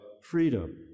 freedom